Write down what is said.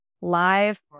live